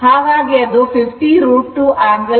ಹಾಗಾಗಿ ಅದು 50 √ 2 angle 0 o ಆಗುತ್ತದೆ